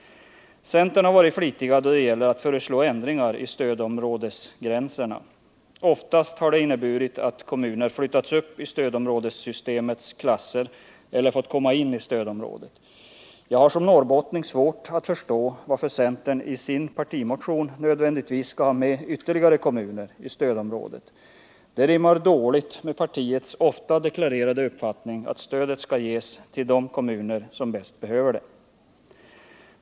Centern har varit flitig då det gäller att föreslå ändringar i stödområdesgränserna. Oftast har det inneburit att kommuner flyttats upp i stödområdessystemets klasser eller fått komma in i stödområdet. Jag har som norrbottning svårt att förstå varför centern i sin partimotion nödvändigtvis skall ha med ytterligare kommuner i stödområdet. Det rimmar dåligt med partiets ofta deklarerade uppfattning att stödet skall ges till de kommuner som bäst behöver det.